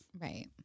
Right